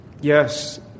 Yes